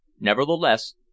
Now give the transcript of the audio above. Nevertheless